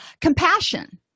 Compassion